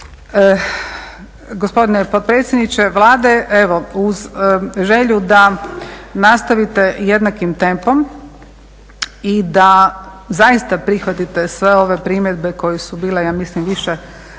terenu. Gospodine potpredsjedniče Vlade evo uz želju da nastavite jednakim tempom i da zaista prihvatite sve ove primjedbe koje su bile ja mislim više